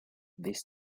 this